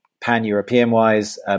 pan-European-wise